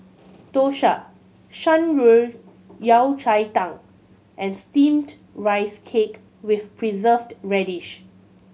Dosa Shan Rui Yao Cai Tang and Steamed Rice Cake with Preserved Radish